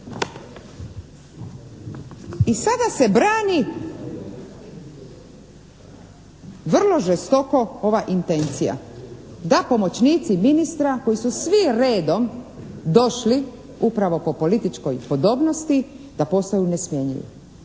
I sada se brani vrlo žestoko ova intencija da pomoćnici ministra koji su svi redom došli upravo po političkoj podobnosti da postaju nesmjenjivi.